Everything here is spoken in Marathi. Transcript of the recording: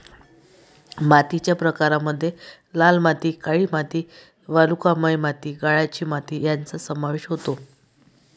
मातीच्या प्रकारांमध्ये लाल माती, काळी माती, वालुकामय माती, गाळाची माती यांचा समावेश होतो